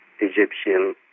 Egyptian